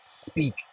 Speak